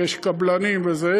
כי יש קבלנים וכו',